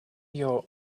your